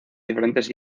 diferentes